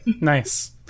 Nice